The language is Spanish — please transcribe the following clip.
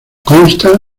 consta